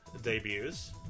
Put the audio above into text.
debuts